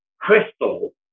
crystal